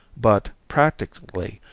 but, practically,